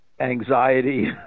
anxiety